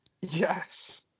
Yes